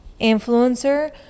influencer